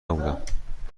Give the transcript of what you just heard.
نبودم